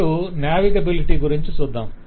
ఇప్పుడు నావిగెబిలిటీ గురించి చూద్దాం